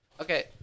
Okay